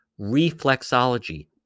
reflexology